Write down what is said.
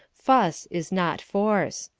fuss is not force.